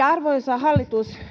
arvoisa hallitus